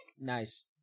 Nice